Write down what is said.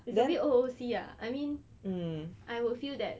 it's a bit O_O_C ah I mean I would feel that